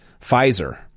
Pfizer